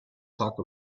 talk